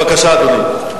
בבקשה, אדוני.